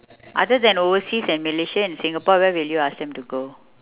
other than overseas and malaysia and singapore where will you ask them to go